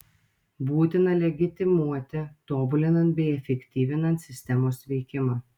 būtina legitimuoti tobulinant bei efektyvinant sistemos veikimą